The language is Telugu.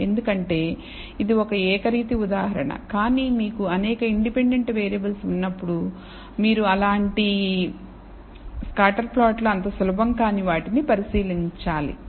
ఎందుకంటే ఇది ఒక ఏకరీతి ఉదాహరణ కానీ మీకు అనేక ఇండిపెండెంట్ వేరియబుల్ ఉన్నప్పుడు అప్పుడు మీరు అలాంటి స్కాటర్ ప్లాట్లు అంత సులభం కాని వాటిని పరిశీలించాలి